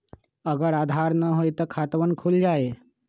अगर आधार न होई त खातवन खुल जाई?